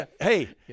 Hey